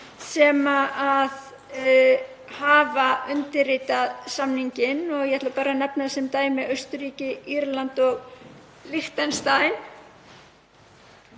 sem hafa undirritað samninginn. Ég ætla bara að nefna sem dæmi Austurríki, Írland og Liechtenstein.